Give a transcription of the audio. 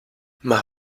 más